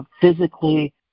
physically